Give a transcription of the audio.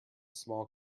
small